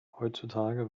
heutzutage